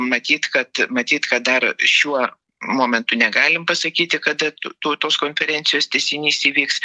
matyt kad matyt kad dar šiuo momentu negalim pasakyti kad et tautos konferencijos tęsinys įvyks